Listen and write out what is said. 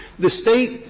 the state,